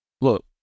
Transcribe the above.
look